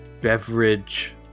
beverage